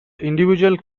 individual